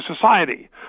society